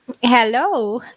hello